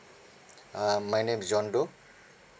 uh my name is john doe